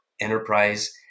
enterprise